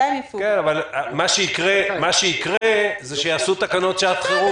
אבל מה שיקרה זה שיעשו תקנות שעת חירום